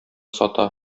сата